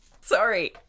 Sorry